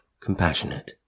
compassionate